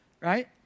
right